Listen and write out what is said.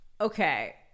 Okay